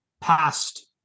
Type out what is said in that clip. past